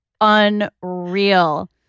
unreal